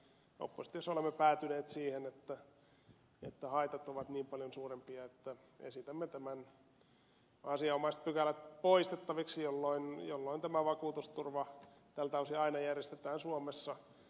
oppositiossa olemme päätyneet siihen että haitat ovat niin paljon suurempia että esitämme nämä asianomaiset pykälät poistettaviksi jolloin eläketurva tältä osin aina järjestetään suomessa